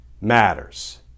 matters